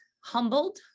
humbled